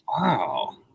wow